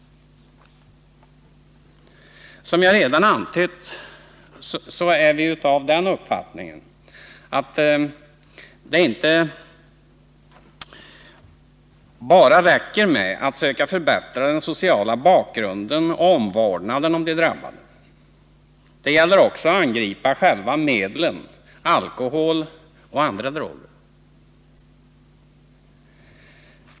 Som jag redan antytt är vi av den uppfattningen att det inte räcker med att bara söka förbättra den sociala bakgrunden och vårda de drabbade. Det gäller också att angripa själva medlen, alkohol och andra droger.